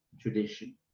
tradition